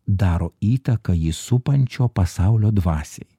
daro įtaką jį supančio pasaulio dvasiai